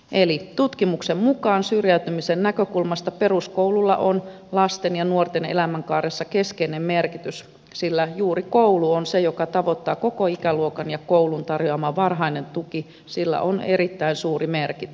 eli tutkimuksen mukaan syrjäytymisen näkökulmasta peruskoululla on lasten ja nuorten elämänkaaressa keskeinen merkitys sillä juuri koulu on se joka tavoittaa koko ikäluokan ja koulun tarjoamalla varhaisella tuella on erittäin suuri merkitys